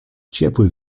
ciepły